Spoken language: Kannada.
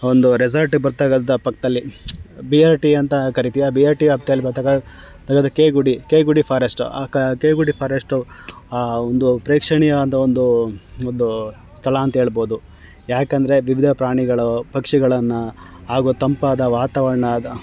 ಒಂದು ರೆಸಾರ್ಟಿಗೆ ಬರತಕ್ಕಂಥ ಪಕ್ಕದಲ್ಲಿ ಬಿ ಆರ್ ಟಿ ಅಂತ ಕರಿತೀವಿ ಆ ಬಿ ಆರ್ ಟಿ ಬರ್ತಕ್ಕಂಥ K Gudi K Gudi forest ಆ ಕ ಕೆ ಗುಡಿ ಫಾರೆಸ್ಟು ಒಂದು ಪ್ರೇಕ್ಷಣೀಯ ಆದ ಒಂದು ಒಂದು ಸ್ಥಳ ಅಂಥೇಳ್ಬೋದು ಯಾಕೆಂದ್ರೆ ವಿವಿಧ ಪ್ರಾಣಿಗಳು ಪಕ್ಷಿಗಳನ್ನು ಹಾಗೂ ತಂಪಾದ ವಾತಾವರಣ ಮತ್ತು